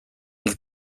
nik